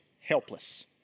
helpless